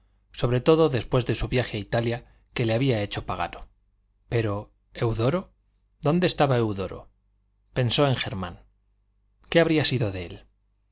sobre todo después de su viaje a italia que le había hecho pagano pero eudoro dónde estaba eudoro pensó en germán qué habría sido de él